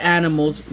animals